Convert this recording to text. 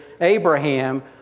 Abraham